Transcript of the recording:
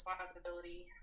responsibility